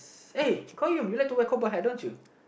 uh Colum you like to wear cobber hat don't you